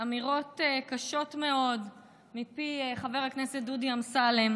אמירות קשות מאוד מפי חבר הכנסת דודי אמסלם,